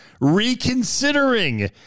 reconsidering